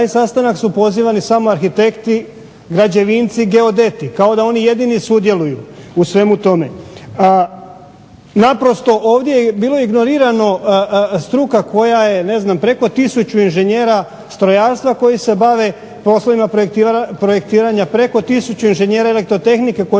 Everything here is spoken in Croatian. na taj sastanak su pozivani samo arhitekti, građevinci, geodeti kao da oni jedini sudjeluju u svemu tome. Naprosto ovdje je bila ignorirana struka koja je ne znam preko tisuću inženjera strojarstva koji se bave poslovima projektiranja, preko tisuću inženjera elektrotehnike koji se bave